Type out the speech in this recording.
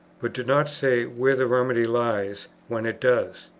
but do not say where the remedy lies when it does.